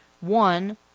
One